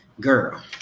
Girl